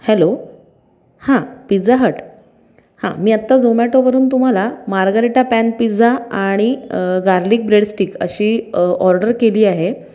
hello हां Pizza Hut हां मी आत्ता झोमॅटोवरून तुम्हाला मार्गरिटा पॅन पिझ्झा आणि गार्लिक ब्रेडस्टिक अशी ऑर्डर केली आहे